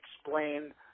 explain